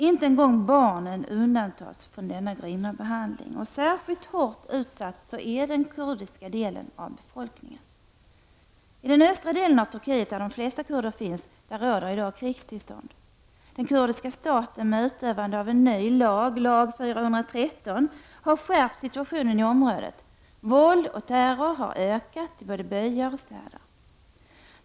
Inte ens barnen undantas från denna grymma behandling. Särskilt hårt utsatt är den kurdiska delen av befolkningen. I den östra delen av Turkiet, där de flesta kurder finns, råder i dag krigstillstånd. Den kurdiska staten har, med utövande av lag 413, som är en ny lag, skärpt situationen i området. Våld och terror har ökat i byar och städer.